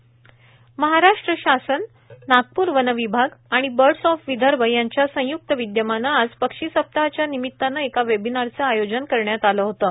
पक्षी सप्ताह वेबिनार महाराष्ट्र शासन नागपूर वन विभाग आणि बर्डस ऑफ विदर्भ यांच्या संय्क्त विद्यमाने आज पक्षी सप्ताहाच्या निमिताने एका वेबिनारचे आयोजन करण्यात आलं होतं